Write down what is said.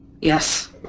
yes